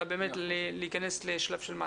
אלא באמת להיכנס לשלב של מעשים.